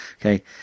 Okay